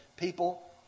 People